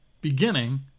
beginning